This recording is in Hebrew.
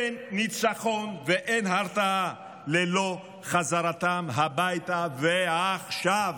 אין ניצחון ואין הרתעה ללא חזרתם הביתה, ועכשיו.